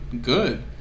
good